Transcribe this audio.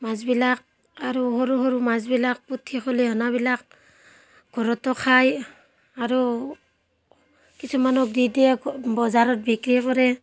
মাছবিলাক আৰু সৰু সৰু মাছবিলাক পুঠি খলিহনাবিলাক ঘৰতো খায় আৰু কিছুমানক দি দিয়ে বজাৰত বিক্ৰী কৰে